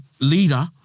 leader